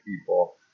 people